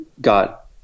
got